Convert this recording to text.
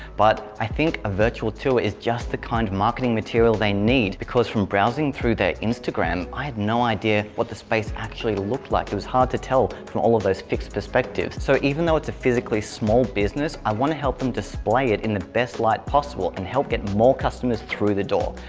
but i think a virtual tour is just the kind of marketing material they need. because from browsing through their instagram, i had no idea what the space actually looked like. it was hard to tell from all of those fixed perspectives. so even though it's a physically small business, i want to help them display it in the best light possible and help get more customers through the door.